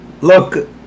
Look